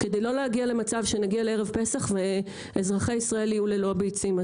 וכדי לא להגיע למצב שנגיע לערב פסח ואזרחי ישראל יהיו ללא ביצים.